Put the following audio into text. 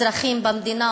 אזרחים במדינה,